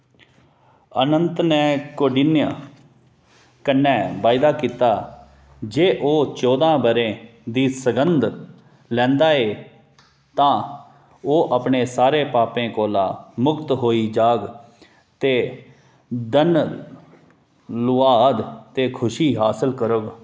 अनंत ने कौंडिन्य कन्नै वादा कीता जे ओह् चौदां ब'रें दी सगंध लैंदा ऐ तां ओह् अपने सारे पापें कोला मुक्त होई जाग ते धन लुआद ते खुशी हासल करग